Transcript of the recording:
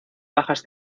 bajas